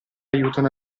aiutano